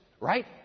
Right